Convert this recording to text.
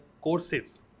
courses